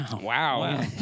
Wow